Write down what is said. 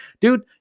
dude